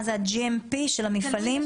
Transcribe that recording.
מה זה ה-GMP של המפעלים?